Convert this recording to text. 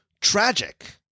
tragic